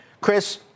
Chris